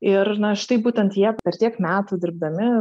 ir na štai būtent jie per tiek metų dirbdami